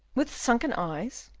with sunken eyes?